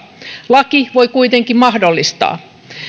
laki voi kuitenkin mahdollistaa